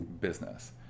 business